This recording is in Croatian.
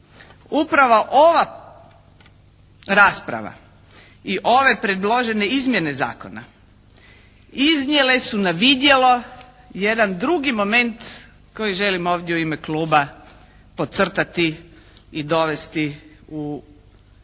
upravo ova rasprava i ove predložene izmjene zakona iznijele su na vidjelo jedan drugi moment koji želim ovdje u ime kluba podcrtati i dovesti do pažnje